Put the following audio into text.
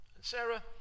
Sarah